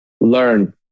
learn